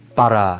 para